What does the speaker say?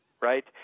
right